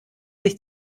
sich